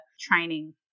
training